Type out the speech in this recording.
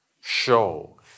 show